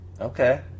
Okay